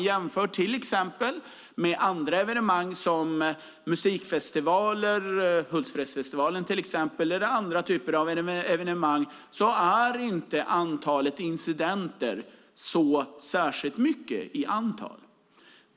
Jämfört med andra evenemang som musikfestivaler, till exempel Hultsfredsfestivalen, är antalet incidenter inte särskilt stort.